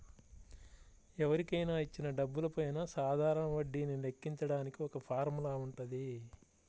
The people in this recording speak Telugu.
ఎవరికైనా ఇచ్చిన డబ్బులపైన సాధారణ వడ్డీని లెక్కించడానికి ఒక ఫార్ములా వుంటది